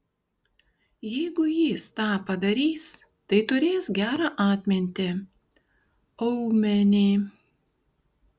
jeigu jis tą padarys tai turės gerą atmintį aumenį